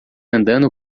andando